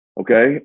Okay